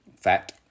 fat